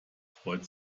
freut